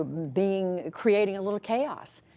being creating a little chaos,